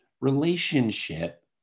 relationship